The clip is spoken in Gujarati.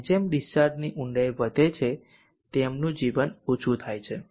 જેમ જેમ ડીસ્ચાર્જની ઊંડાઈ વધે છે તેમનું જીવન ઓછું થાય છે